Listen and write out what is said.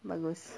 bagus